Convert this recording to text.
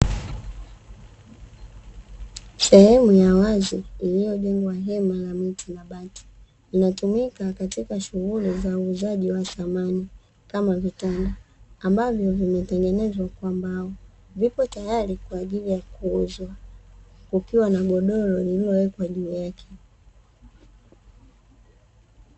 Sehemu ya wazi iliyojengwa hema la miti na bati, inatumika katika shughuli za uuzaji wa samani kama vitanda ambavyo vimetengenezwa kwa mbao; vipo tayari kwa ajili ya kuuzwa, kukiwa na godoro lililowekwa juu yake.